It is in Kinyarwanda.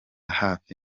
hafi